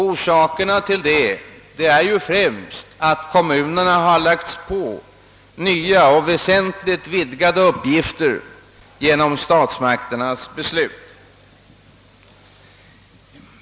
Detta beror främst på att kommunerna ålagts nya och väsentligt vidgade uppgifter genom statsmakternas beslut.